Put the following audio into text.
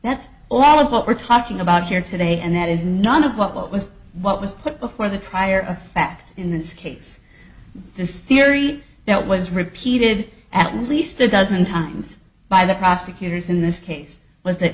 that all of what we're talking about here today and that is none of what was what was put before the prior fact in this case this theory that was repeated at least a dozen times by the prosecutors in this case was th